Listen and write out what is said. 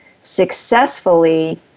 successfully